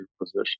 position